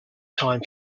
time